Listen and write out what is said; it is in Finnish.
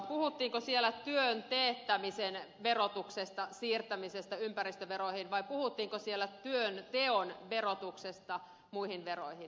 puhuttiinko siellä työn teettämisen verotuksesta siirtämisestä ympäristöveroihin vai puhuttiinko siellä työnteon verotuksesta suhteessa muihin veroihin